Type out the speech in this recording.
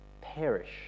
Perish